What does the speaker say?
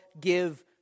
give